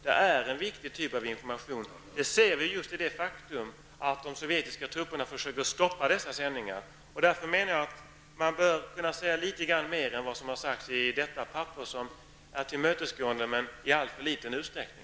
Det är en viktig typ av information. Det ser vi i det faktum att de sovjetiska trupperna försöker stoppa dessa sändningar. Därför menar jag att vi bör kunna säga litet mera än vad som står i svaret, som visserligen är tillmötesgående -- men i alltför liten utsträckning.